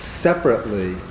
separately